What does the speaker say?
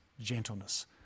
gentleness